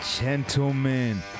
gentlemen